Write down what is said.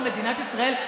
במדינת ישראל,